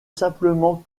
simplement